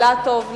אילטוב,